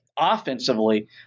Offensively